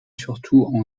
surtout